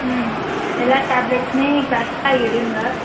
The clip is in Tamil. ம் எல்லா டேப்லெட்ஸ்மே கரெக்டாக எடுங்க